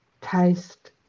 taste